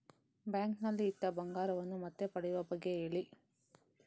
bank ನಲ್ಲಿ ಇಟ್ಟ ಬಂಗಾರವನ್ನು ಮತ್ತೆ ಪಡೆಯುವ ಬಗ್ಗೆ ಹೇಳಿ